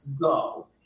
go